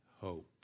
hope